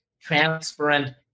transparent